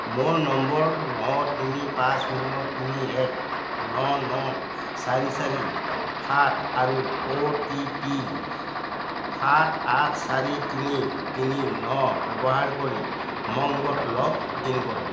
মোৰ নম্বৰ ন তিনি পাঁচ শূন্য় তিনি এক ন ন চাৰি চাৰি সাত আৰু অ' টি পি সাত আঠ চাৰি তিনি তিনি ন ব্যৱহাৰ কৰি উমংগত লগ ইন কৰক